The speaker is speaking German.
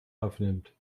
aufnehmt